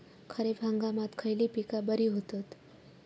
खरीप हंगामात खयली पीका बरी होतत?